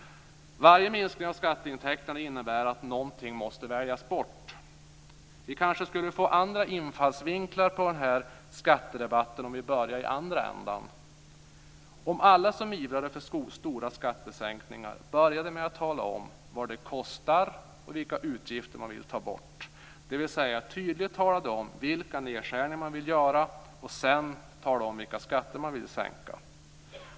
Varje minskning av skatteintäkterna innebär att någonting måste väljas bort. Vi kanske skulle få andra infallsvinklar på den här skattedebatten om vi började i andra ändan, alltså om alla som ivrar för stora skattesänkningar började med att tala om vad det kostar och vilka utgifter de vill ta bort - dvs. tydligt sade vilka nedskärningar de vill göra - och först sedan talade om vilka skatter de vill sänka.